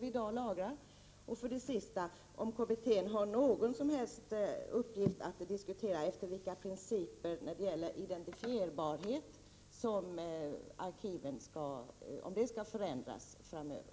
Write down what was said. Till sist undrar jag om kommittén har någon som helst uppgift att diskutera om principerna när det gäller identifierbarhet skall förändras framöver.